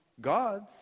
gods